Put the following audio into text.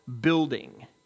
building